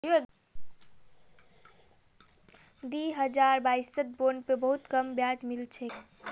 दी हजार बाईसत बॉन्ड पे बहुत कम ब्याज मिल छेक